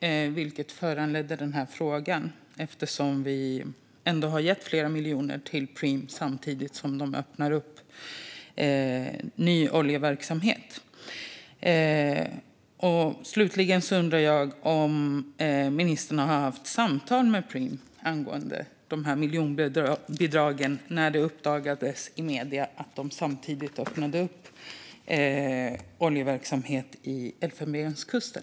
Det var det som föranledde frågan, eftersom vi ändå har gett flera miljoner till Preem samtidigt som de öppnar ny oljeverksamhet. Slutligen undrar jag om ministern har haft samtal med Preem angående miljonbidragen när det uppdagades i medier att de samtidigt öppnade oljeverksamhet i Elfenbenskusten.